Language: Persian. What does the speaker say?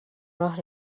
راه